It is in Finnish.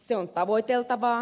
se on tavoiteltavaa